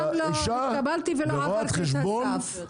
גם לא התקבלתי ולא עברתי את הסף.